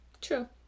true